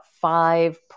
five